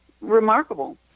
remarkable